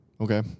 Okay